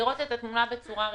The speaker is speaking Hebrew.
לראות את התמונה בצורה רחבה.